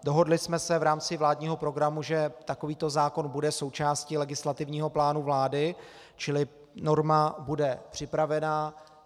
Dohodli jsme se v rámci vládního programu, že takovýto zákon bude součástí legislativního plánu vlády, čili norma bude připravena.